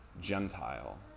Gentile